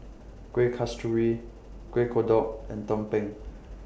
Kueh Kasturi Kueh Kodok and Tumpeng